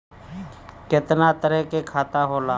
केतना तरह के खाता होला?